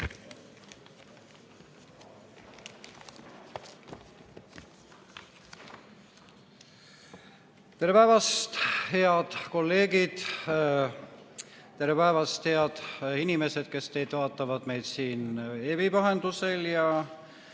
Tere päevast, head kolleegid! Tere päevast, head inimesed, kes te vaatate meid siin veebi vahendusel ja